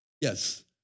Yes